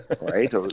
right